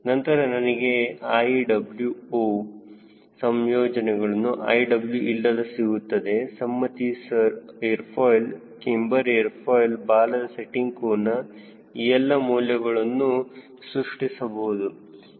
ನಂತರ ನನಗೆ iw0 ಸಂಯೋಜನೆಗಳು iw ಇಲ್ಲದೆ ಸಿಗುತ್ತದೆ ಸಮ್ಮತಿ air foil camber air foil ಬಾಲದ ಸೆಟ್ಟಿಂಗ್ ಕೋನ ಈ ಎಲ್ಲ ಮೌಲ್ಯಗಳನ್ನು ಸೃಷ್ಟಿಸಬಹುದು